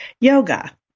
yoga